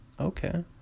Okay